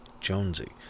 Jonesy